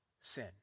sin